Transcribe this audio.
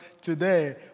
today